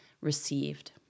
received